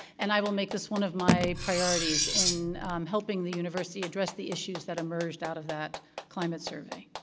and i will make this one of my priorities in helping the university address the issues that emerged out of that climate survey.